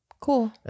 Cool